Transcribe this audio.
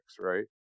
Right